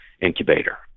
incubator